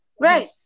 right